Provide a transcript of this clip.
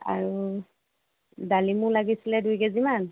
আৰু ডালিমো লাগিছিল দুই কেজি মান